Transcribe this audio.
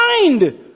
mind